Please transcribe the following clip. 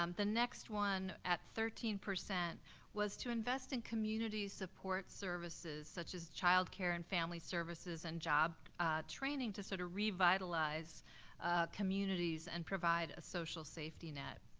um the next one, at thirteen, was to invest in community support services such as child care and family services and job training to sort of revitalize communities and provide a social safety net.